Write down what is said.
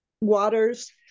waters